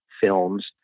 films